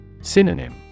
Synonym